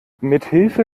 mithilfe